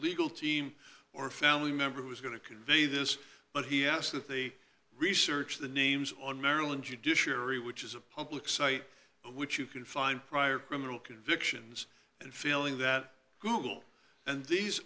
legal team or a family member who is going to convey this but he asked that they research the names on marilyn judiciary which is a public site which you can find prior criminal convictions and feeling that google and these